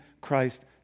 Christ